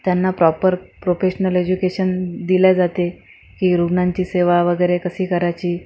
त्यांना proper professional education दिले जाते की रुग्णांची सेवा वगैरे कशी करायची